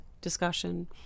discussion